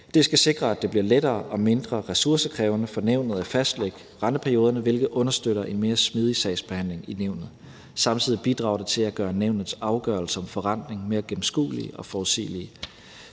Det skal sikre, at det bliver lettere og mindre ressourcekrævende for nævnet at fastlægge renteperioderne, hvilket understøtter en mere smidig sagsbehandling i nævnet. Det bidrager samtidig til at gøre nævnets afgørelser om forrentningen mere gennemskuelige og forudsigelige.